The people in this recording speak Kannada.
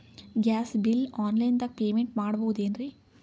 ಗ್ಯಾಸ್ ಬಿಲ್ ಆನ್ ಲೈನ್ ದಾಗ ಪೇಮೆಂಟ ಮಾಡಬೋದೇನ್ರಿ?